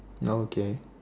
okay